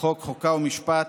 החוקה חוק ומשפט,